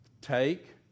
take